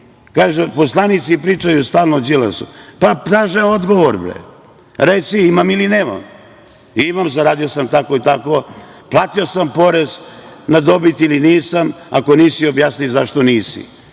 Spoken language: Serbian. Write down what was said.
Kažu da poslanici stalno pričaju o Đilasu. Pa, traže odgovor. Reci – imam ili nemam. Imam, zaradio sam tako i tako, platio sam porez na dobit ili nisam. Ako nisi, objasni zašto nisi.